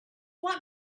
want